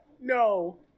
no